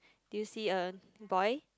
do you see a boy